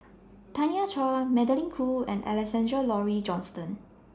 Tanya Chua Magdalene Khoo and Alexander Laurie Johnston